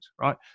right